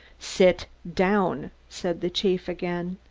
sit down, said the chief again.